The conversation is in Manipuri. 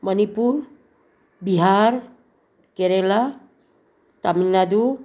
ꯃꯅꯤꯄꯨꯔ ꯕꯤꯍꯥꯔ ꯀꯦꯔꯦꯂꯥ ꯇꯥꯃꯤꯜ ꯅꯥꯗꯨ